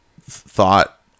thought